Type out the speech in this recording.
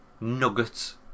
Nuggets